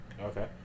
okay